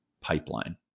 pipeline